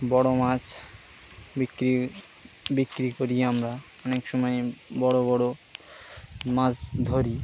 বড়ো মাছ বিক্রি বিক্রি করি আমরা অনেক সময় বড়ো বড়ো মাছ ধরি